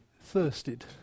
thirsted